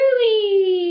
Truly